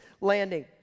landing